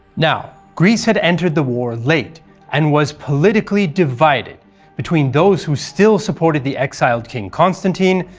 now, greece had entered the war late and was politically divided between those who still supported the exiled king constantine,